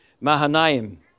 Mahanaim